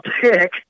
pick